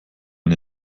man